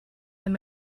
and